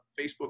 Facebook